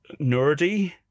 nerdy